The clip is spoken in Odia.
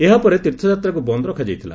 ଏହା ପରେ ତୀର୍ଥଯାତ୍ରାକୁ ବନ୍ଦ ରଖାଯାଇଥିଲା